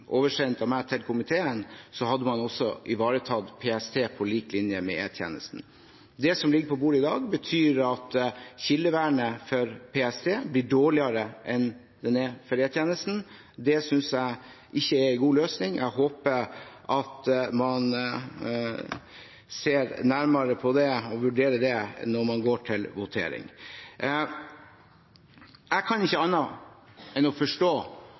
oversendt av meg til komiteen, hadde man også ivaretatt PST, på lik linje med E-tjenesten. Det som ligger på bordet i dag, innebærer at kildevernet for PST blir dårligere enn det er for E-tjenesten. Det synes jeg ikke er en god løsning. Jeg håper at man ser nærmere på det og vurderer det når man går til votering. Jeg kan ikke forstå annet enn